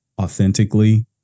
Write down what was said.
authentically